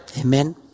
Amen